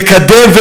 נקדם,